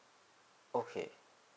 okay